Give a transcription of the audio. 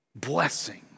blessing